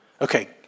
Okay